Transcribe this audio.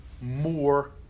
more